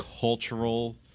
cultural